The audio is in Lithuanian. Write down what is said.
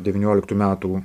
devynioliktų metų